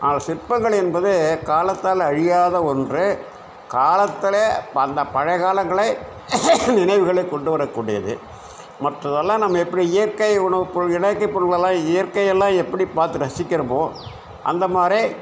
ஆக சிற்பங்கள் என்பது காலத்தால் அழியாத ஒன்று காலத்திலே அந்த பழைய காலங்களின் நினைவுகளை கொண்டு வரக்கூடியது மற்றதெல்லாம் நம்ம எப்படி இயற்கை உணவுப்பொருள் இயற்கைப்பொருட்களெலாம் இயற்கை எல்லாம் எப்படி பார்த்து ரசிக்கிறோமோ அந்த மாதிரி